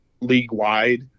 league-wide